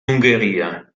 ungheria